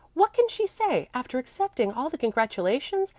what can she say, after accepting all the congratulations,